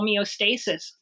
homeostasis